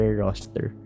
roster